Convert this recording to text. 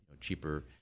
cheaper